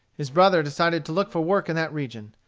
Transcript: his brother decided to look for work in that region.